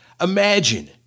Imagine